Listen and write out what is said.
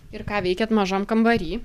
ir ką veikiat mažam kambary